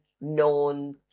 known